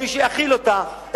אין מי שיאכיל אותה,